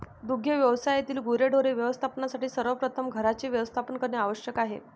दुग्ध व्यवसायातील गुरेढोरे व्यवस्थापनासाठी सर्वप्रथम घरांचे व्यवस्थापन करणे आवश्यक आहे